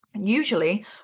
usually